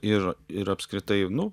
ir ir apskritai nu